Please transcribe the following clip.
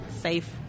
Safe